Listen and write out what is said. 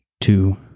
two